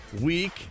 week